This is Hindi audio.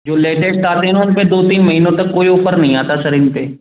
जो लेटेस्ट आते हैं ना उन पर दो तीन महीनों तक कोई ओफर नहीं आता सर इन पर